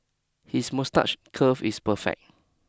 his moustache curl is perfect